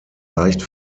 leicht